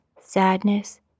sadness